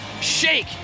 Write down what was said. Shake